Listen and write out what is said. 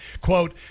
Quote